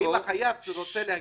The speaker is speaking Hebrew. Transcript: אם החייב רוצה להגיב,